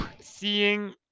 Seeing